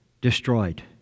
destroyed